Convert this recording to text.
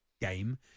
game